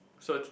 search